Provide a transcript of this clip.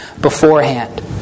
beforehand